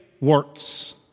works